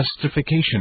justification